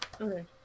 Okay